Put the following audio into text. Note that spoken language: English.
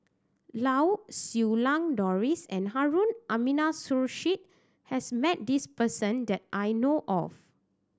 Lau Siew Lang Doris and Harun Aminurrashid has met this person that I know of